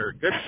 Good